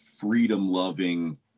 freedom-loving